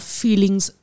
feelings